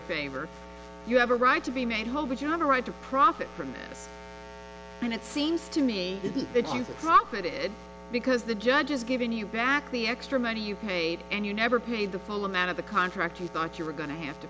favor you have a right to be made whole but you have a right to profit from it and it seems to me that you profit because the judge has given you back the extra money you paid and you never paid the full amount of the contract you thought you were going to have to